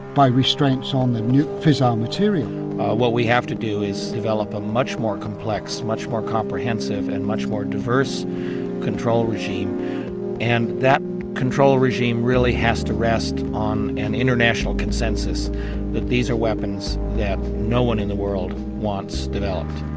by restraints on the nuke fissile materialmark wheelis what we have to do is develop a much more complex, much more comprehensive, and much more diverse control regime and that control regime really has to rest on an international consensus that these are weapons that no-one in the world wants developed.